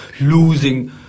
losing